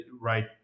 right